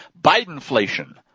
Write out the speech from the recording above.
Bidenflation